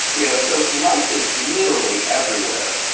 yeah so life is literally everywhere,